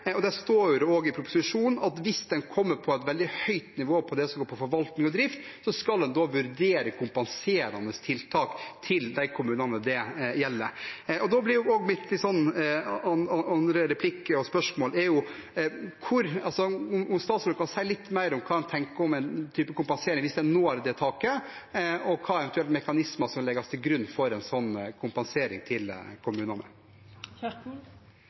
kommer på et veldig høyt nivå, skal en vurdere kompenserende tiltak til de kommunene det gjelder. Da blir mitt andre spørsmål: Kan statsråden si litt mer om hva en tenker om en type kompensasjon hvis en når det taket, og hvilke mekanismer som eventuelt legges til grunn for en sånn kompensasjon til kommunene?